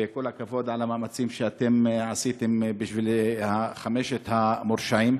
וכל הכבוד על המאמצים שעשיתם בשביל חמשת המורשעים.